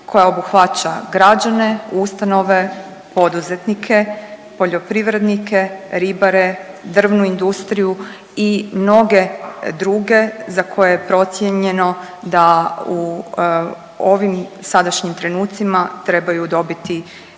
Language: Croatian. koja obuhvaća građane, ustanove, poduzetnike, poljoprivrednike, ribare, drvnu industriju i mnoge druge za koje je procijenjeno da u ovim sadašnjim trenucima trebaju dobiti